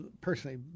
personally